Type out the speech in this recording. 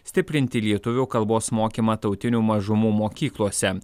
stiprinti lietuvių kalbos mokymą tautinių mažumų mokyklose